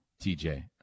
TJ